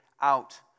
out